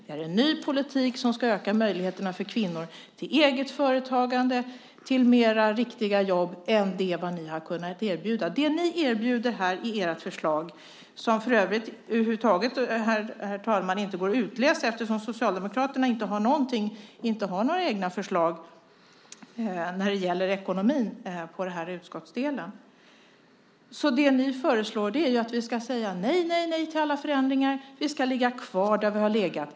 Det är en ny politik som ska öka möjligheterna för kvinnor till eget företagande och till flera riktiga jobb än vad ni har kunnat erbjuda. Det ni föreslår - som, herr talman, inte går att utläsa eftersom Socialdemokraterna inte har några egna förslag i fråga om ekonomin på den utskottsdelen - är att vi ska säga nej till alla förändringar och att vi ska ligga kvar där vi har legat.